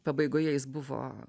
pabaigoje jis buvo